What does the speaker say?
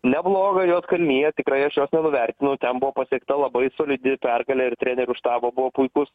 neblogą juodkalniją tikrai aš jos nuvertinu ten buvo pateikta labai solidi pergalė ir trenerių štabo buvo puikūs